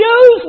use